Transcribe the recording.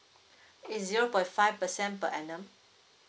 it's zero point five percent per annum